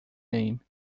name